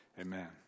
amen